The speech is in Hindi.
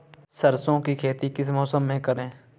सरसों की खेती किस मौसम में करें?